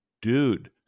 Dude